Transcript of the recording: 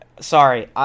Sorry